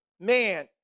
man